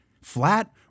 flat